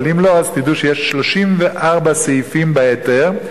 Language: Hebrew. אם לא, אז תדעו שיש 34 סעיפים בהיתר.